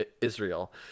Israel